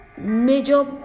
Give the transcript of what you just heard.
Major